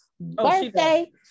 birthday